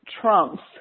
trumps